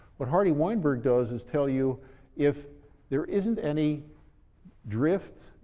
what hardy-weinberg does is tell you if there isn't any drift,